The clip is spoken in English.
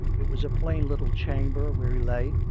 it was a plain little chamber where he lay,